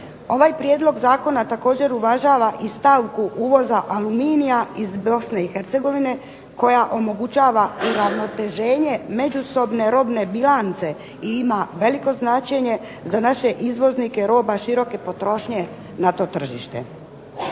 Ovaj prijedlog zakona također uvažava i stavku uvoza aluminija iz Bosne i Hercegovine koja omogućava uravnoteženje međusobne robne bilance i ima veliko značenje za naše izvoznike roba široke potrošnje na to tržište.